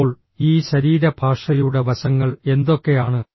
ഇപ്പോൾ ഈ ശരീരഭാഷയുടെ വശങ്ങൾ എന്തൊക്കെയാണ്